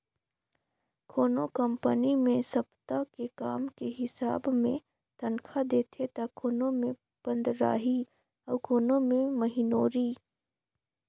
कोनो कंपनी मे सप्ता के काम के हिसाब मे तनखा देथे त कोनो मे पंदराही अउ कोनो मे महिनोरी